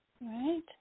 right